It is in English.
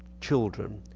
children.